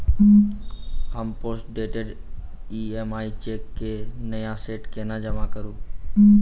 हम postdated EMI cheque केँ नया सेट केना जमा करू?